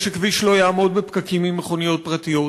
שבכביש לא יעמדו בפקקים עם מכוניות פרטיות,